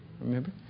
Remember